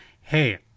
Hey